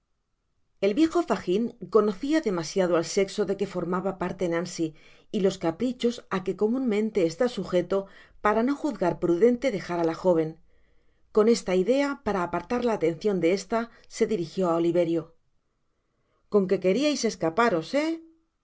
el viejo fagin conocia demasiado al sexo de que formaba parte nancy y los caprichos á que comunmente está sujeto para no juzgar prudente dejar á la joven con esta idea para apartar la atencion de esta se dirijió á oliverio con qué queriais escaparos he